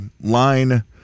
line